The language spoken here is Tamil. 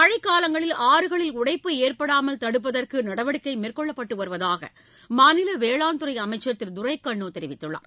மழைக் காலத்தில் ஆறுகளில் உடைப்பு ஏற்படாமல் தடுப்பதற்கு நடவடிக்கை மேற்கொள்ளப்பட்டு வருவதாக மாநில வேளாண் துறை அமைச்சர் திரு துரைக்கண்ணு தெரிவித்துள்ளார்